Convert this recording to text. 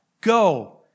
Go